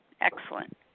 excellent